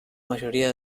mayoría